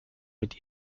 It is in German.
mit